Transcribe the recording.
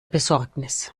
besorgnis